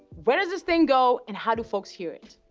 where does this thing go? and how do folks hear it?